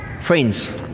Friends